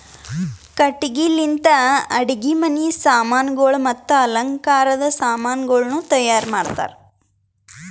ಕಟ್ಟಿಗಿ ಲಿಂತ್ ಅಡುಗಿ ಮನಿ ಸಾಮಾನಗೊಳ್ ಮತ್ತ ಅಲಂಕಾರದ್ ಸಾಮಾನಗೊಳನು ತೈಯಾರ್ ಮಾಡ್ತಾರ್